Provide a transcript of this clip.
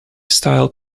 style